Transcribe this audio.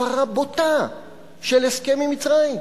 הפרה בוטה של הסכם עם מצרים.